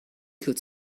could